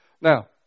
Now